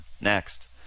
Next